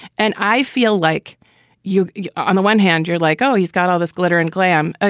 and i feel like you you on the one hand, you're like, oh, he's got all this glitter and glam. ah